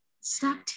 Stop